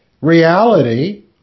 Reality